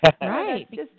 Right